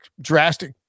drastic